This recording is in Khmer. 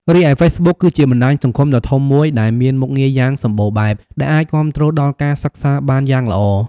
រីឯហ្វេសបុក គឺជាបណ្ដាញសង្គមដ៏ធំមួយដែលមានមុខងារយ៉ាងសម្បូរបែប ដែលអាចគាំទ្រដល់ការសិក្សាបានយ៉ាងល្អ។